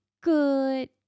good